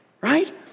right